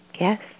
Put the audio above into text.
Yes